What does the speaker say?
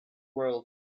world